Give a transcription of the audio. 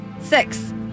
Six